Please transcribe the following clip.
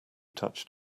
touched